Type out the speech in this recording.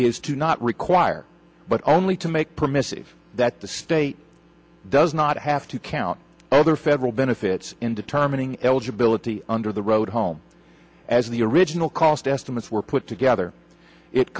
is to not require but only to make permissive that the state does not have to count other federal benefits in determining eligibility under the road home as the original cost estimates were put together it